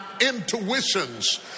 intuitions